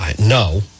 No